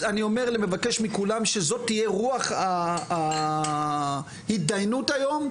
אני מבקש מכולם שזו תהיה רוח ההתדיינות היום.